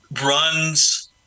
runs